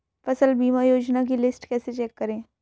फसल बीमा योजना की लिस्ट कैसे चेक करें?